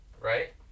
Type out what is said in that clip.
Right